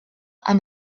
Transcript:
amb